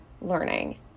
learning